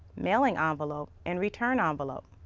mailing ah envelope, and return ah envelope.